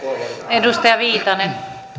arvoisa rouva puhemies